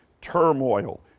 turmoil